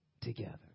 together